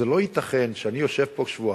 זה לא ייתכן שאני יושב פה שבועיים,